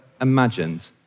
imagined